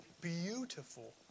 beautiful